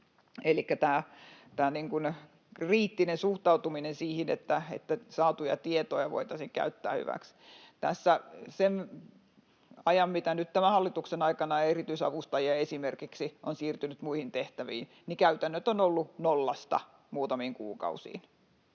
elikkä on kriittinen suhtautuminen siihen, että saatuja tietoja voitaisiin käyttää hyväksi. Tässä sen ajan, mitä nyt tämän hallituksen aikana esimerkiksi erityisavustajia on siirtynyt muihin tehtäviin, käytännöt ovat olleet nollasta muutamiin kuukausiin.